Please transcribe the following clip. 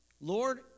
Lord